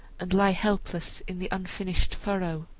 and lie helpless in the unfinished furrow.